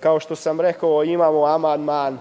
Kao što sam rekao, imamo amandman